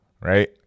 right